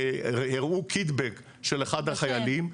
הראו קיטבג של אחד החיילים,